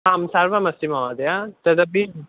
आम् सर्वमस्ति महोदय तदपि